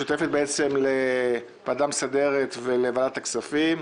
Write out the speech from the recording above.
הוועדה משותפת לוועדה המסדרת ולוועדת הכספים.